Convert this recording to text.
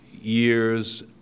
years